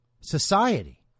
society